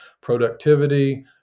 productivity